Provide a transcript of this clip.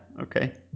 Okay